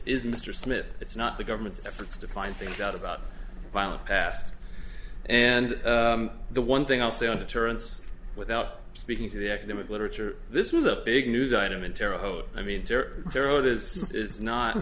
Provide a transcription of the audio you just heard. is mr smith it's not the government's efforts to find things out about violent past and the one thing i'll say on deterrence without speaking to the academic literature this was a big news item in terre haute i mean